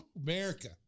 America